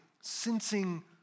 sensing